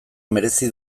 merezi